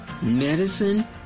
Medicine